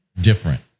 different